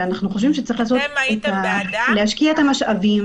ואנחנו חושבים שיש להשקיע את המשאבים